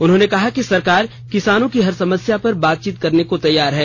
उन्होंने कहा कि सरकार किसानों की हर समस्या पर बातचीत करने को तैयार है